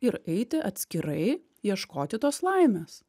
ir eiti atskirai ieškoti tos laimės